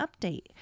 update